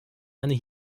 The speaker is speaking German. eine